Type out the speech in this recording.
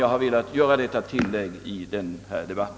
Jag har velat göra detta tillägg i denna debatt.